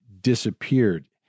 disappeared